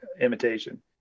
imitation